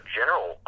general